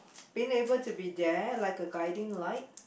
being able to be there like a guiding light